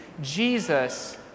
Jesus